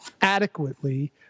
adequately